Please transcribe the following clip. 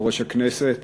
יושב-ראש הכנסת,